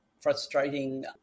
frustrating